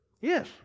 Yes